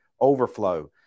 overflow